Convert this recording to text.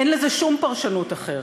אין לזה שום פרשנות אחרת.